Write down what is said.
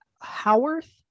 howarth